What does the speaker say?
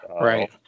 right